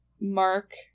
Mark